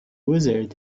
wizard